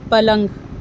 پلنگ